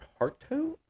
harto